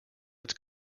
its